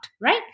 right